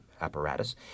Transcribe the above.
apparatus